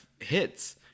hits